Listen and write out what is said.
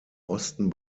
osten